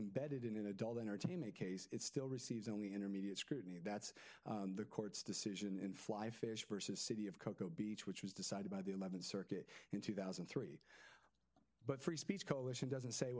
embedded in adult entertainment case it's still receives only intermediate scrutiny and that's the court's decision in fly fish versus city of cocoa beach which was decided by the eleventh circuit in two thousand and three but free speech coalition doesn't say